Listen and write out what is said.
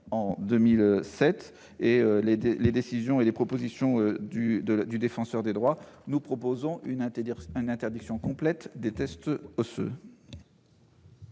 médecine et les décisions et les propositions du Défenseur des droits, nous proposons une interdiction complète des tests osseux.